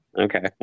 Okay